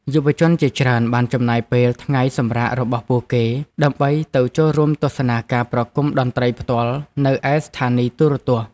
យុវជនជាច្រើនបានចំណាយពេលថ្ងៃសម្រាករបស់ពួកគេ ដើម្បីទៅចូលរួមទស្សនាការប្រគំតន្ត្រីផ្ទាល់នៅឯស្ថានីយទូរទស្សន៍។